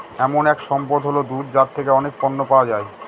এমন এক সম্পদ হল দুধ যার থেকে অনেক পণ্য পাওয়া যায়